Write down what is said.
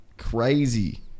crazy